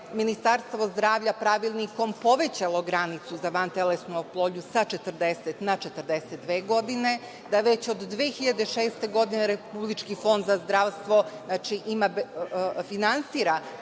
da je Ministarstvo zdravlja pravilnikom povećalo granicu za vantelesnu oplodnju sa 40 na 42 godine, da već od 2006. godine RFZO finansira